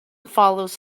follows